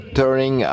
turning